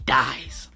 dies